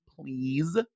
please